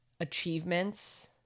achievements